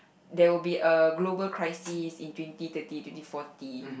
there will be a global crisis in twenty thirty twenty forty